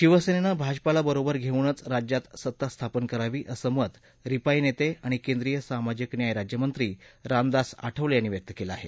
शिवसेनेनं भाजपाला बरोबर घेवूनच राज्यात सत्ता स्थापन करावी असं मतं रिपाई नेते आणि केंद्रीय सामाजिक न्याय राज्यमंत्री रामदास आठवले यांनी व्यक्त केलं आहे